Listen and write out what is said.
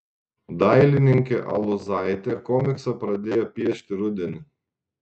dailininkė aluzaitė komiksą pradėjo piešti rudenį